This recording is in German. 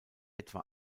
etwa